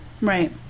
Right